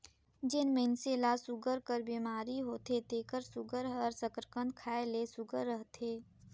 जेन मइनसे ल सूगर कर बेमारी होथे तेकर सूगर हर सकरकंद खाए ले सुग्घर रहथे